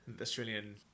Australian